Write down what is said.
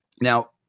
Now